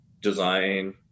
design